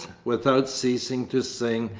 without ceasing to sing,